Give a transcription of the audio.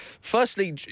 Firstly